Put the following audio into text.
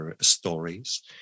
stories